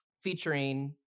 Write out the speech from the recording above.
featuring